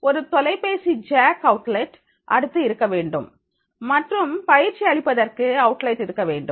ஒரு தொலைபேசி jack outlet அடுத்து இருக்க வேண்டும் மற்றும் பயிற்சி அளிப்பதற்கு அவுட்லெட் இருக்க வேண்டும்